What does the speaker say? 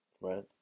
Right